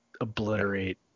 obliterate